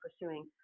pursuing